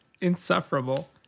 insufferable